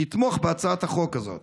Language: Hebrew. תתמוך בהצעת החוק הזאת.